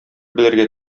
белергә